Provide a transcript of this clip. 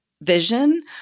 vision